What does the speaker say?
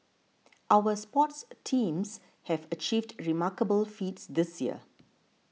our sports teams have achieved remarkable feats this year